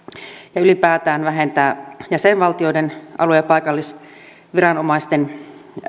ja ylipäätään vähennetään jäsenvaltioiden alue ja paikallisviranomaisten